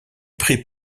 prit